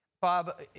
Bob